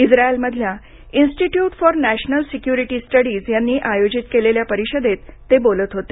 इस्रायलमधल्या institute for national security studies यांनी आयोजित केलेल्या परिषदेत ते बोलत होते